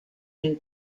new